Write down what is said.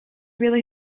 really